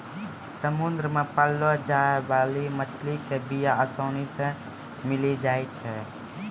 समुद्र मे पाललो जाय बाली मछली के बीया आसानी से मिली जाई छै